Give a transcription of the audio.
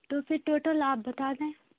تو پھر ٹوٹل آپ بتا دیں